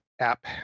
app